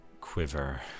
quiver